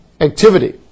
activity